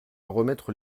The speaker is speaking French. remettre